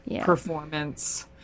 performance